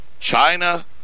China